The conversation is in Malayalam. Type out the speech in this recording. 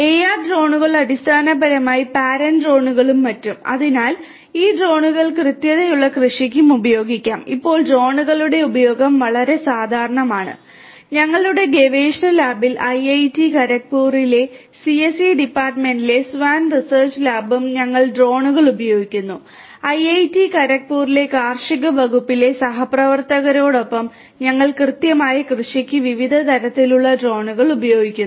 എആർ ഡ്രോണുകൾ റിസർച്ച് ലാബും ഞങ്ങൾ ഡ്രോണുകൾ ഉപയോഗിക്കുന്നു ഐഐടി ഖരഗ്പൂരിലെ കാർഷിക വകുപ്പിലെ സഹപ്രവർത്തകരോടൊപ്പം ഞങ്ങൾ കൃത്യമായ കൃഷിക്ക് വിവിധ തരത്തിലുള്ള ഡ്രോണുകൾ ഉപയോഗിക്കുന്നു